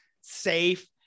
safe